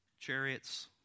chariots